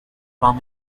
from